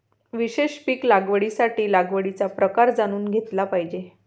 विशेष पीक लागवडीसाठी लागवडीचा प्रकार जाणून घेतला पाहिजे